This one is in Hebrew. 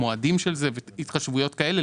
המועדים של זה והתחשבויות כאלה,